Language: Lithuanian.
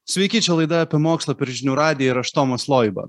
sveiki čia laida apie mokslą per žinių radiją ir aš tomas loiba